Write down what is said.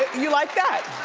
you like that?